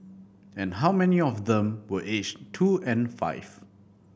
how many of them were aged two and five